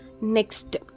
Next